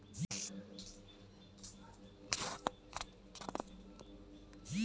पैसा इंवेस्ट करे के कोई स्कीम बा?